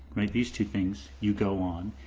right, these two things you go on.